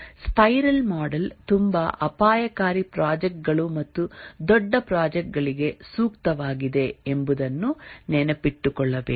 spiral model ತುಂಬಾ ಅಪಾಯಕಾರಿ project ಗಳು ಮತ್ತು ದೊಡ್ಡ ಪ್ರಾಜೆಕ್ಟ್ ಗಳಿಗೆ ಸೂಕ್ತವಾಗಿದೆ ಎಂಬುದನ್ನು ನೆನಪಿಟ್ಟುಕೊಳ್ಳಬೇಕು